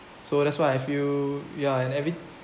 so that's why I feel ya and every